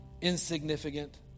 insignificant